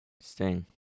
Sting